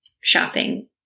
shopping